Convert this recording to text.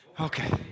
Okay